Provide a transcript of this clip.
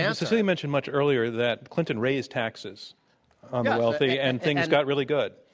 yeah cecilia mentioned much earlier that clinton raised taxes on the wealthy, and things got really good.